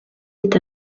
est